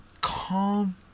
calm